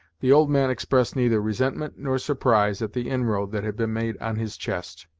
the old man expressed neither resentment nor surprise at the inroad that had been made on his chest,